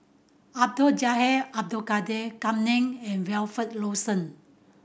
Abdul Jalil Abdul Kadir Kam Ning and Wilfed Lawson